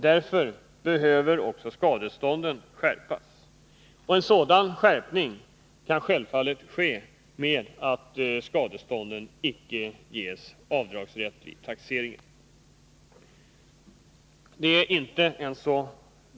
Därför behövs det en skärpning också när det gäller skadestånden. En sådan skärpning kan självfallet komma till stånd i och med att rätten till avdrag för skadestånd vid taxeringen icke beviljas.